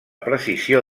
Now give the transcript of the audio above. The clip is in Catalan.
precisió